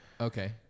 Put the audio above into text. Okay